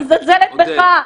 אני מזלזלת בך,